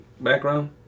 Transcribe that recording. background